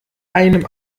einem